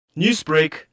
Newsbreak